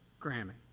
Grammy